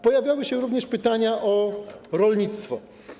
Pojawiały się również pytania o rolnictwo.